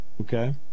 Okay